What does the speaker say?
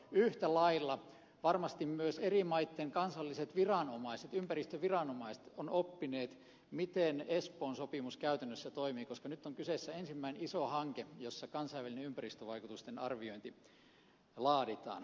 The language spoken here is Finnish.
yhtä lailla varmasti myös eri maitten kansalliset viranomaiset ympäristöviranomaiset ovat oppineet miten espoon sopimus käytännössä toimii koska nyt on kyseessä ensimmäinen iso hanke jossa kansainvälinen ympäristövaikutusten arviointi laaditaan